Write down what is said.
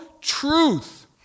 truth